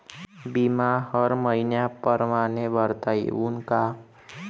बिमा हर मइन्या परमाने भरता येऊन का?